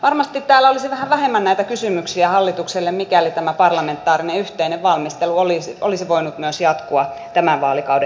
varmasti täällä olisi vähän vähemmän näitä kysymyksiä hallitukselle mikäli tämä parlamentaarinen yhteinen valmistelu olisi voinut myös jatkua tämän vaalikauden aikana